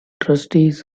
trustees